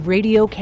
Radio